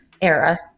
Era